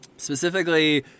Specifically